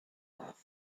off